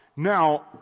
Now